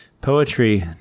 poetry